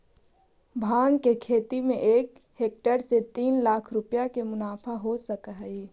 भाँग के खेती में एक हेक्टेयर से तीन लाख रुपया के मुनाफा हो सकऽ हइ